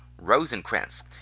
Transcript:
Rosencrantz